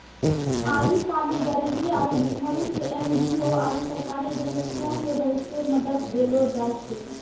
आइ काल्हि गरीबी आरु भुखमरी के एन.जी.ओ आरु सरकारी एजेंसीयो से बहुते मदत देलो जाय छै